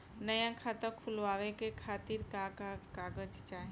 नया खाता खुलवाए खातिर का का कागज चाहीं?